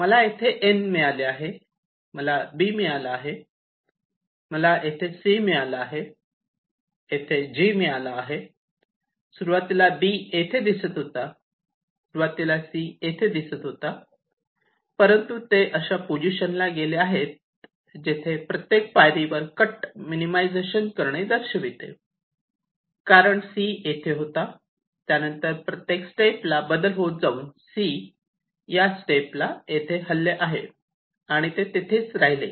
मला येथे एन मिळाले आहे मला बी मिळाला आहे मला येथे सी मिळाला आहे मला येथे जी मिळाले आहे सुरवातीला बी येथे दिसत होता सुरवातीला सी येथे होता परंतु ते अशा पोझिशन ला गेले आहेत जेथे प्रत्येक पायरीवर कट मिनिमिझेशन करणे दर्शविते कारण सी येथे होता त्यानंतर प्रत्येक स्टेपला बदल होत जाऊन सी हे या स्टेपला येथे हलले आहे आणि ते तिथेच राहिले